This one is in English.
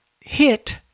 hit